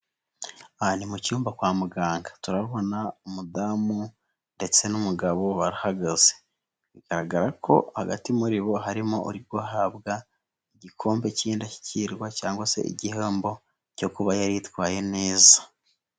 Aha ni mu cyumba kwa muganga turabona umudamu ndetse n'umugabo barahagaze bigaragara ko hagati muri bo harimo uri guhabwa igikombe cy'indashyikirwa, cyangwa se igihembo cyo kuba yari yitwaye neza.